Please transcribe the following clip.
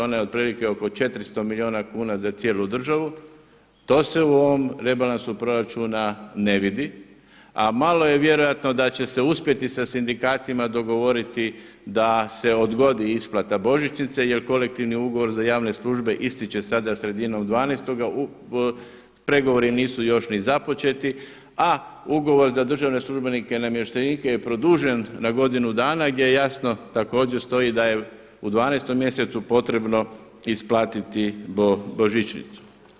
Ona je otprilike oko 400 milijuna kuna za cijelu državu, to se u ovom rebalansu proračuna ne vidi, a malo je vjerojatno da će uspjeti sa sindikatima dogovoriti da se odgodi isplata Božićnice jer kolektivni ugovor za javne službe ističe sada sredinom 12., pregovori nisu još ni započeti a ugovor za državne službenike i namještenike je produžen na godinu dana gdje jasno također stoji da je u 12. mjesecu potrebno isplatiti božićnicu.